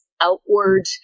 outward